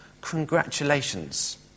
congratulations